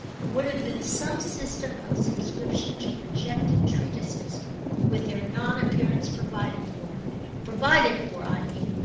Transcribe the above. would have been some system of subscription to projected treatises with their non-appearance provided for provided for, i mean,